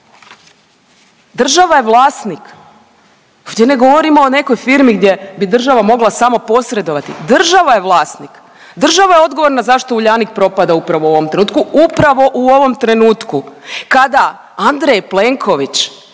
Država je vlasnik, ovdje ne govorimo o nekoj firmi gdje bi država mogla samo posredovati, država je vlasnik, država je odgovorna zašto Uljanik propada upravo u ovom trenutku, upravo u ovom trenutku kada Andrej Plenković